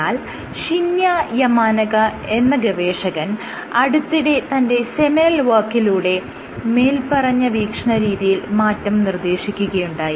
എന്നാൽ Shinya Yamanaka എന്ന ഗവേഷകൻ അടുത്തിടെ തന്റെ സെമിനൽ വർക്കിലൂടെ മേല്പറഞ്ഞ വീക്ഷണരീതിയിൽ മാറ്റം നിർദ്ദേശിക്കുകയുണ്ടായി